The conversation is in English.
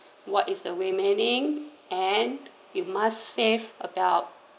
what is the remaining and you must save about